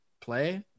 play